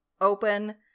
open